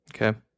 okay